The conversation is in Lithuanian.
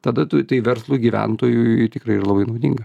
tada tu tai verslui gyventojui tikrai yra labai naudinga